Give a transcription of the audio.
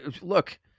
look